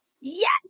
Yes